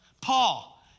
Paul